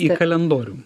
į kalendorių